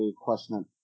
question